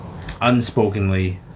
unspokenly